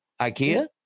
ikea